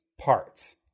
parts